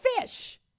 fish